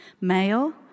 Male